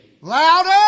Louder